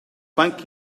thank